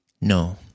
No